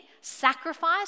sacrifice